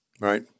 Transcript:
right